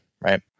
right